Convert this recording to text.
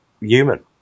human